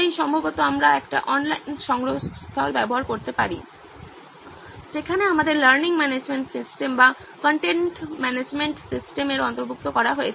তাই সম্ভবত আমরা একটি অনলাইন সংগ্রহস্থল ব্যবহার করতে পারি যেখানে আমাদের লার্নিং ম্যানেজমেন্ট সিস্টেম বা কন্টেন্ট ম্যানেজমেন্ট সিস্টেম এর অন্তর্ভুক্ত করা হয়েছে